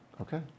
Okay